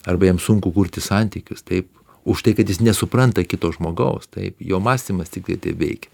arba jam sunku kurti santykius taip už tai kad jis nesupranta kito žmogaus taip jo mąstymas tiktai taip veikia